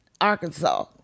Arkansas